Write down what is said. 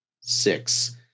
six